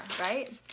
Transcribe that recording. right